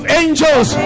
angels